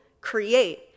create